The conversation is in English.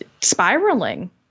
spiraling